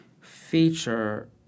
feature